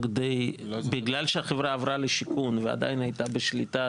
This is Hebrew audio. בגלל שהחברה עברה לשיכון ועדיין הייתה בשליטה,